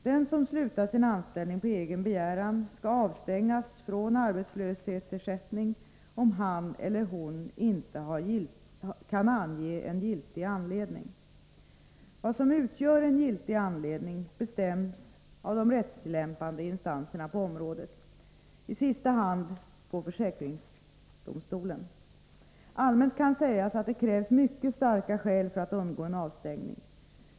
Den som slutar sin anställning på egen begäran skall avstängas från arbetslöshetsersättning om han eller hon inte kan ange en giltig anledning. Vad som utgör en giltig anledning bestäms av de rättstillämpande insatserna på området, i sista hand försäkringsöverdomstolen. Allmänt kan sägas att det krävs mycket starka skäl för att undgå en avstängning.